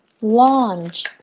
Launch